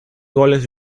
goles